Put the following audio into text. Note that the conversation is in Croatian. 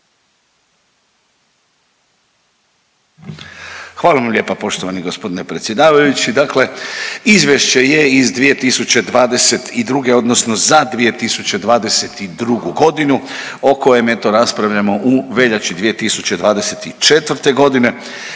Hvala vam lijepa poštovani g. predsjedavajući. Dakle, izvješće je iz 2022. odnosno za 2022.g. o kojem eto raspravljamo u veljači 2024.g.,